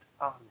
on